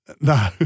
No